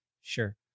Sure